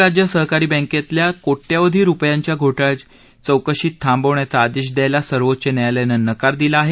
महाराष्ट्र राज्य सहकारी बँकेतल्या कोट्यवधी रुपयांच्या घोटाळ्याची चौकशी थाबवण्याचा आदेश द्यायला सर्वोच्च न्यायालयानं नकार दिला आहे